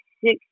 six